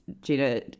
Gina